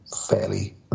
fairly